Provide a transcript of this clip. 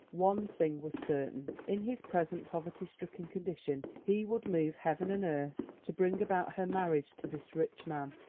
one thing was certain. in his present poverty-stricken condition he would move heaven and earth to bring about her marriage to this rich man.